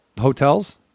hotels